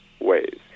ways